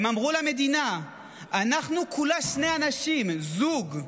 הם אמרו למדינה: אנחנו כולה שני אנשים, זוג,